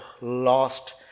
lost